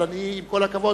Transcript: אבל עם כל הכבוד,